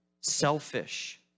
selfish